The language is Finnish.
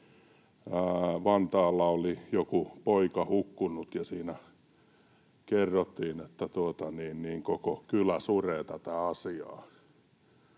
Vantaalla oli joku poika hukkunut, ja siinä kerrottiin, että koko kylä suree tätä asiaa,